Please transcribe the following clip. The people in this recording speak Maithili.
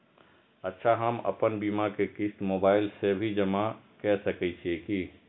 अच्छा हम आपन बीमा के क़िस्त मोबाइल से भी जमा के सकै छीयै की?